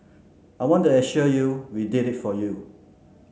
I want to assure you we did it for you